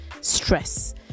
stress